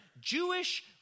Jewish